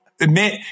admit